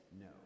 no